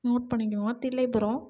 note பண்ணிக்கோங்க தில்லைபுரம்